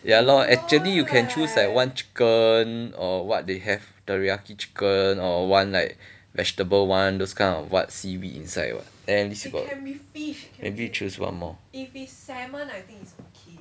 ya lor actually you can choose like one chicken or what they have teriyaki chicken or one like vegetable one those kind of what seaweed inside what at least got maybe you choose one more